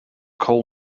coal